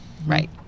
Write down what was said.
Right